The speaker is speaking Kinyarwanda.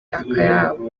akayabo